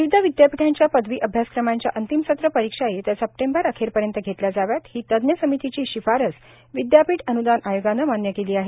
विविध विद्यापीठांच्या पदवी अभ्यासक्रमांच्या अंतिम सत्र परीक्षा येत्या सप्टेंबर अखेरपर्यंत घेतल्या जाव्यात ही तज्ञ समितीची शिफारस विद्यापीठ अन्दान आयोगानं मान्य केली आहे